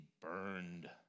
burned